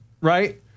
right